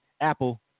Apple